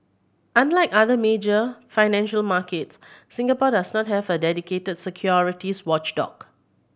unlike other major financial markets Singapore does not have a dedicated securities watchdog